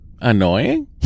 annoying